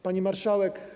Pani Marszałek!